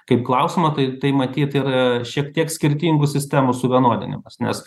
kaip klausimo tai tai matyt ir šiek tiek skirtingų sistemų suvienodinimas nes